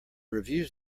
reviews